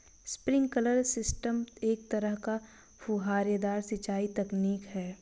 sprinkler system एक तरह का फुहारेदार सिंचाई तकनीक है